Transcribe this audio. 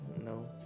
No